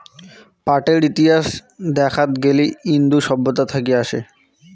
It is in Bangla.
পাটের ইতিহাস দেখাত গেলি ইন্দু সভ্যতা থাকি আসে